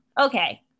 okay